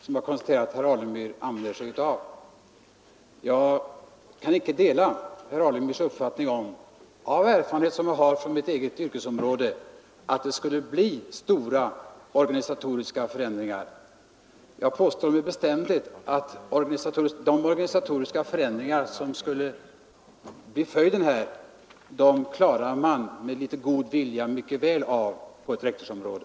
Med den erfarenhet som jag har från mitt eget yrkesområde kan jag inte dela herr Alemyrs uppfattning om att det skulle bli stora organisatoriska förändringar. Jag påstår med bestämdhet att de organisatoriska förändringar som skulle bli följden klarar man med litet god vilja mycket väl av på ett rektorsområde.